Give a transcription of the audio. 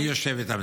אני יושב איתם.